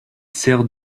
sert